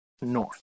north